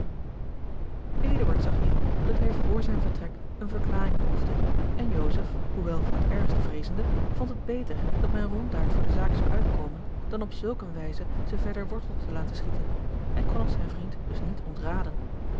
dat hij vr zijn vertrek eene verklaring behoefde en joseph hoewel voor het ergste vreezende vond het beter dat men ronduit voor de zaak zou uitkomen dan op zulk eene wijze ze verder wortel te laten schieten hij kon het zijn vriend dus niet ontraden